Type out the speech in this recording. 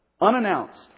unannounced